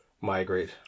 migrate